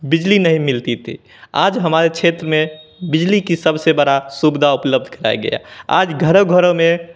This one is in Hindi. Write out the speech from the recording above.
बिजली नहीं मिलती थी आज हमारे क्षेत्र में बिजली की सबसे बड़ी सुविधा उपलब्ध कराई गई आज घरों घरों में